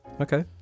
okay